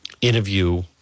interview